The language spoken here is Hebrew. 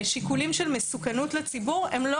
שיקולים של מסוכנות לציבור הם לא